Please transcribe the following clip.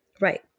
Right